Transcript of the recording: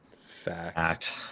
Fact